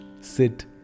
sit